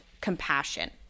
compassion